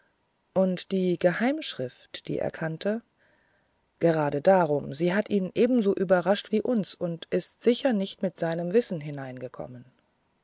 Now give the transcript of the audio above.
und die geheimschrift die er kannte gerade darum sie hat ihn ebenso überrascht wie uns und ist sicher nicht mit seinem wissen hineingekommen